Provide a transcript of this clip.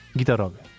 gitarowy